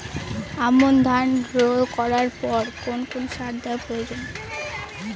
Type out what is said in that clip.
আমন ধান রোয়া করার পর কোন কোন সার দেওয়া প্রয়োজন?